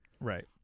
Right